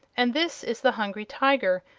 and this is the hungry tiger,